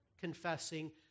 confessing